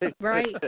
right